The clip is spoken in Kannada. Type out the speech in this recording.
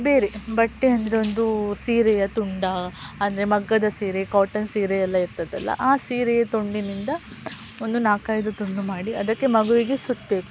ಬೇರೆ ಬಟ್ಟೆ ಅಂದರೆ ಒಂದು ಸೀರೆಯ ತುಂಡು ಅಂದರೆ ಮಗ್ಗದ ಸೀರೆ ಕಾಟನ್ ಸೀರೆ ಎಲ್ಲ ಇರ್ತದಲ್ಲ ಆ ಸೀರೆಯ ತುಂಡಿನಿಂದ ಒಂದು ನಾಲ್ಕೈದು ತುಂಡು ಮಾಡಿ ಅದಕ್ಕೆ ಮಗುವಿಗೆ ಸುತ್ತಬೇಕು